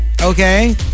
Okay